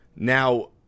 Now